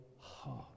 heart